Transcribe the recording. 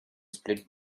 split